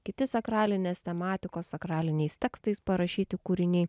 kiti sakralinės tematikos sakraliniais tekstais parašyti kūriniai